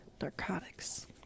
Narcotics